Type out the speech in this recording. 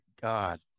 God